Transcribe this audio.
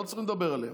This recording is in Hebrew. לא צריך לדבר עליהם.